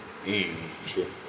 mmhmm true